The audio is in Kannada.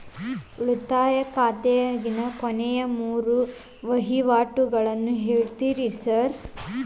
ಉಳಿತಾಯ ಖಾತ್ಯಾಗಿನ ಕೊನೆಯ ಮೂರು ವಹಿವಾಟುಗಳನ್ನ ಹೇಳ್ತೇರ ಸಾರ್?